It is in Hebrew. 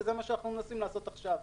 וזה מה שאנחנו מנסים לעשות עכשיו.